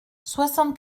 soixante